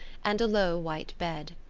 and a low white bed.